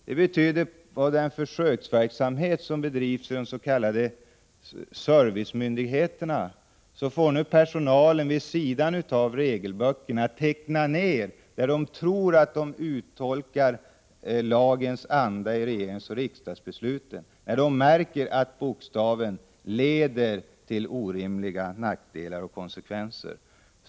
lett till att den personal som deltar i den försöksverksamhet som bedrivs vid de s.k. servicemyndigheterna vid sidan av sin tillämpning av regelböckerna tecknar ned i vilka fall de tror att de uttolkat lagens anda i enlighet med regeringsoch riksdagsbeslut och i vilka fall de märker att lagens bokstav leder till orimliga negativa konsekvenser.